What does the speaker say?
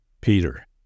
Peter